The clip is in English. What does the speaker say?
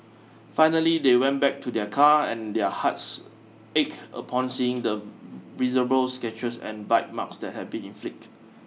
finally they went back to their car and their hearts ache upon seeing the visible scratches and bite marks that had been inflicted